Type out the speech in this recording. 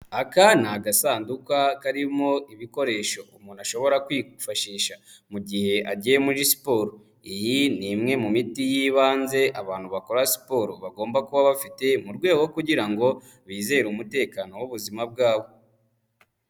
Aka ni agasanduka karimo ibikoresho umuntu ashobora kwifashisha mu gihe agiye muri siporo. Iyi ni imwe mu miti y'ibanze abantu bakora siporo bagomba kuba bafite mu rwego rwo kugira ngo bizere umutekano w'ubuzima bwabo.